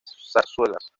zarzuelas